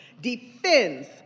defends